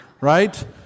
right